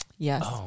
Yes